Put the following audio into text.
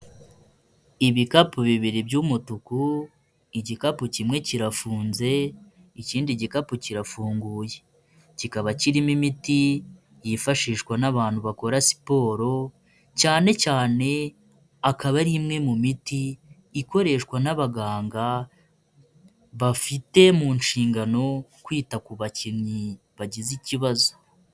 Ibikapu bibiri by'umutuku, igikapu kimwe kirafunze ikindi gikapu kirafunguye, kikaba kirimo imiti yifashishwa n'abantu bakora siporo, cyane cyane akaba ari imwe mu miti ikoreshwa n'abaganga, bafite mu nshingano kwita ku bakinnyi bagize ikibazo.